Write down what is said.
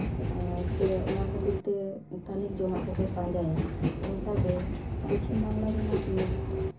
ᱥᱮ ᱚᱱᱟ ᱠᱷᱟᱹᱛᱤᱨ ᱛᱮ ᱛᱷᱟᱹᱱᱤᱛ ᱡᱚᱢᱟᱜ ᱠᱚᱠᱚ ᱯᱟᱸᱡᱟᱭᱟ ᱚᱱᱠᱟᱜᱮ ᱯᱚᱪᱷᱤᱢ ᱵᱟᱝᱞᱟ ᱨᱮᱱᱟᱜ ᱢᱤᱫ